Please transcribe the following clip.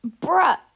Bruh